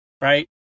right